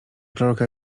proroka